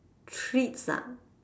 treats ah